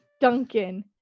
Duncan